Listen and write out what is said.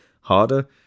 harder